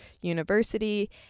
university